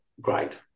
great